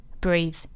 Breathe